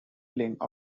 link